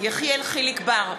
יחיאל חיליק בר,